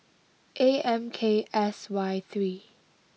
A M K S Y three